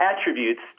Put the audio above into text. attributes